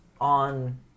on